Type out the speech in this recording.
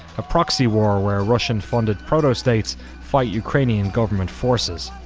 a proxy war where russian funded proto-states fight ukrainian government forces,